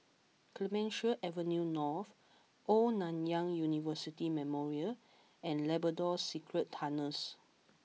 Clemenceau Avenue North Old Nanyang University Memorial and Labrador Secret Tunnels